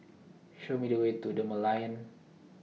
Show Me The Way to The Merlion